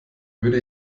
würde